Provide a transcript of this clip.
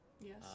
yes